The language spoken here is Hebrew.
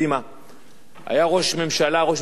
היה ראש ממשלה, ראש הממשלה אהוד אולמרט,